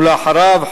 ולאחריו,